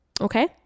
okay